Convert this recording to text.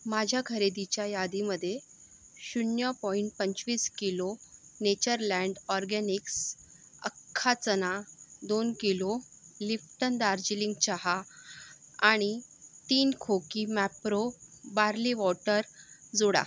माझ्या खरेदीच्या यादीमध्ये शून्य पॉईण पंचवीस किलो नेचरलँड ऑरगॅनिक्स अख्खा चना दोन किलो लिप्टन दार्जिलिंग चहा आणि तीन खोकी मॅप्रो बार्ली वॉटर जोडा